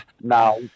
Now